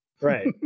right